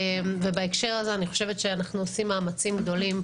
בהקשר הזה אני חושבת שאנחנו עושים מאמצים גדולים,